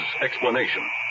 explanation